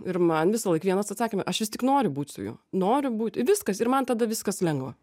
ir man visąlaik vienas atsakyme aš vis tik noriu būt su juo noriu būt viskas ir man tada viskas lengva